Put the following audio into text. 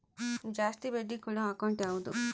ಜಾಸ್ತಿ ಬಡ್ಡಿ ಕೊಡೋ ಅಕೌಂಟ್ ಯಾವುದು?